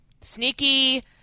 Sneaky